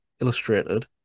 illustrated